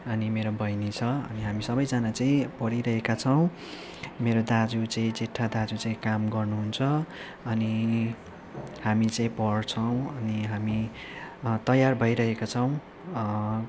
अनि मेरो बहिनी छ अनि हामी सबैजना चाहिँ पढिरहेका छौँ मेरो दाजु चाहिँ जेठा दाजु चाहिँ काम गर्नुहुन्छ अनि हामी चाहिँ पढ्छौँ अनि हामी तयार भइरहेका छौँ